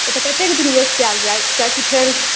तऽ कतेक दिन वेस्ट कयल जाय किएकि फेर